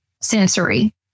sensory